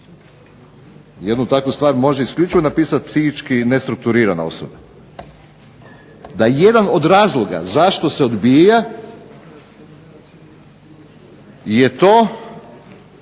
Jednu takvu stvar može isključivo napisati psihički nestrukturirana osoba. Da jedan od razloga zašto se odbija je to